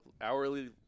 hourly